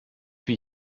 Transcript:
wie